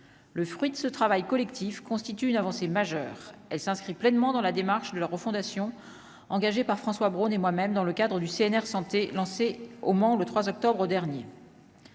le fruit de ce travail collectif constitue une avancée majeure, elle s'inscrit pleinement dans la démarche de la refondation engagée par François Braun et moi-même, dans le cadre du CNR santé lancé au Mans le 3 octobre dernier.